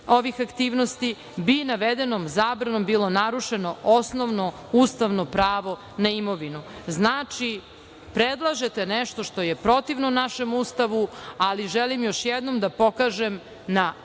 ovih aktivnosti, bi navedenom zabranom bilo narušeno osnovno ustavno pravo na imovinu. Znači, predlažete nešto što je protivno našem Ustavu. Ali, želim još jednom da pokažem na